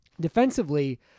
defensively